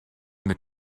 mit